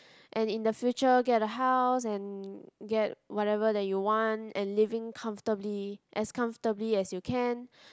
and in the future get a house and get whatever that you want and living comfortably as comfortably as you can